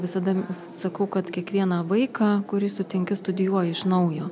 visada sakau kad kiekvieną vaiką kurį sutinki studijuoji iš naujo